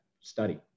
study